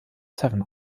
seven